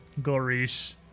Gorish